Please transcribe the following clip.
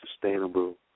sustainable